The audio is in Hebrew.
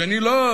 שאני לא,